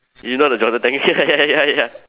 you know the Jonah ya ya ya ya